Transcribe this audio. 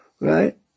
right